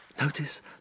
Notice